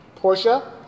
Porsche